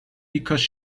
because